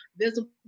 visible